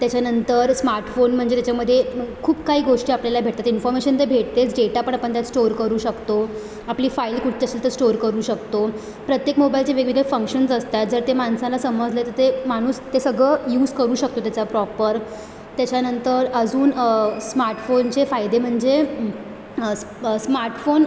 त्याच्यानंतर स्मार्टफोन म्हणजे त्याच्यामध्ये खूप काही गोष्टी आपल्याला भेटतात इन्फर्मेशन तर भेटतेच डेटा पण आपण त्यात स्टोर करू शकतो आपली फाईल कुठची असेल तर स्टोर करू शकतो प्रत्येक मोबाईलचे वेगवेगळे फंक्शन्ज असतात जर ते माणसांना समजले तर ते माणूस ते सगळं यूज करू शकतो त्याचा प्रॉपर त्याच्यानंतर अजून स्मार्टफोनचे फायदे म्हणजे स्मार्टफोन